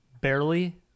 barely